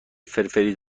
فرفری